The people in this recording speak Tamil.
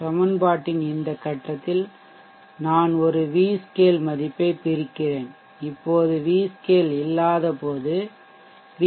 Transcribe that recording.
சமன்பாட்டின் இந்த கட்டத்தில் நான் ஒரு v scale மதிப்பைப் பிரிக்கிறேன் இப்போது v scale இல்லாதபோது வி